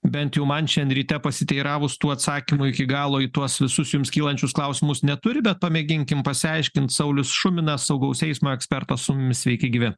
bent jau man šian ryte pasiteiravus tų atsakymų iki galo į tuos visus jums kylančius klausimus neturi bet pamėginkim pasiaiškint saulius šuminas saugaus eismo ekspertas su mumis sveiki gyvi